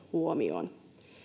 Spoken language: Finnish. huomioon